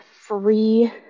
free